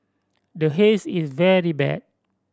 the Haze is very bad